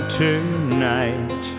tonight